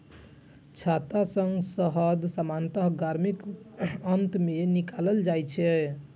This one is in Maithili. छत्ता सं शहद सामान्यतः गर्मीक अंत मे निकालल जाइ छै